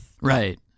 Right